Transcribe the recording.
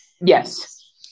yes